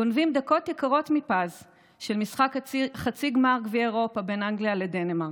גונבים דקות יקרות מפז של משחק חצי גמר גביע אירופה בין אנגליה לדנמרק,